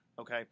okay